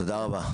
תודה רבה.